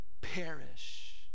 perish